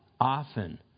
often